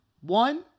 One